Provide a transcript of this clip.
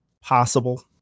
possible